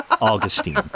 Augustine